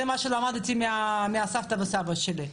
זה מה שלמדתי מהסבתא וסבא שלי,